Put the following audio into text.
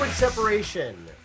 separation